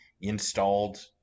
installed